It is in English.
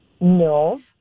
No